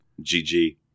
GG